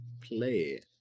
play